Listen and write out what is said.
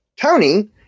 Tony